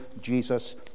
Jesus